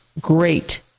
great